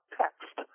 text